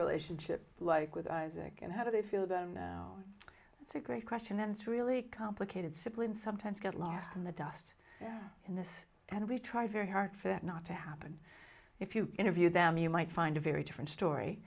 relationship like with isaac and how do they feel about him now that's a great question and it's really complicated siblings sometimes get lost in the dust in this and we try very hard for that not to happen if you interview them you might find a very different story